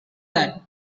that